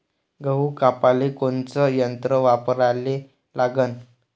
गहू कापाले कोनचं यंत्र वापराले लागन?